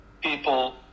people